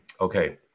Okay